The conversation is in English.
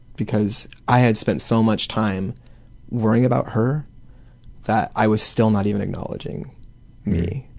because i had spent so much time worrying about her that i was still not even acknowledging me.